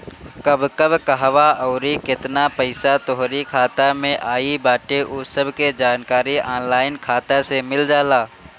कब कब कहवा अउरी केतना पईसा तोहरी खाता में आई बाटे उ सब के जानकारी ऑनलाइन खाता से मिल जाला